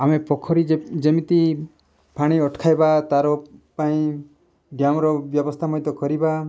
ଆମେ ପୋଖରୀ ଯେ ଯେମିତି ପାଣି ଅଟକାଇବା ତା'ର ପାଇଁ ଡ୍ୟାମ୍ର ବ୍ୟବସ୍ଥା ମଧ୍ୟ କରିବା